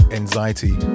anxiety